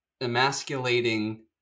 emasculating